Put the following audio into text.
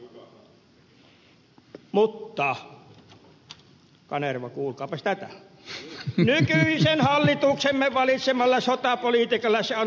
mutta kanerva kuulkaapas tätä nykyisen hallituksemme valitsemalla sotapolitiikalla se on valitettavasti mahdotonta